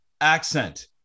accent